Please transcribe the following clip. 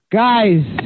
guys